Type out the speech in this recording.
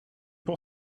pour